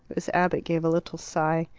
miss abbott gave a little sigh.